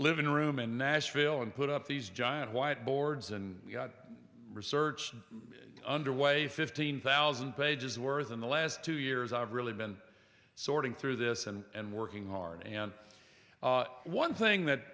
living room in nashville and put up these giant white boards and research underway fifteen thousand pages worth in the last two years i've really been sorting through this and working hard and one thing that